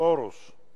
מאיר פרוש.